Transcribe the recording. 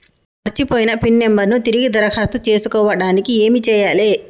మర్చిపోయిన pin number ను తిరిగి దరఖాస్తు చేసుకోవడానికి ఏమి చేయాలే?